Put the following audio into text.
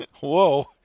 Whoa